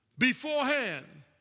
Beforehand